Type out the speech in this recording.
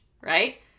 right